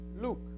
Luke